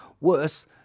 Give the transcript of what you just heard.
Worse